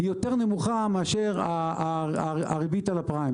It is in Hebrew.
יותר נמוכה מהריבית על הפריים,